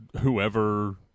whoever